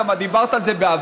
את גם דיברת על זה בעבר,